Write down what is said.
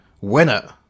winner